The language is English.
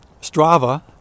Strava